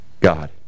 God